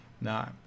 No